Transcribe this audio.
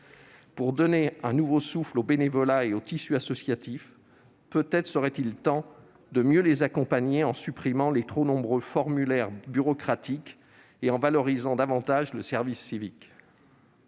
Pour donner un nouveau souffle au bénévolat et au tissu associatif, peut-être serait-il temps de mieux les accompagner en supprimant les trop nombreux formulaires bureaucratiques et en valorisant davantage le service civique